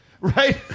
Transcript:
Right